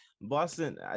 Boston